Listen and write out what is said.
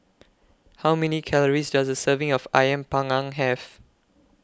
How Many Calories Does A Serving of Ayam Panggang Have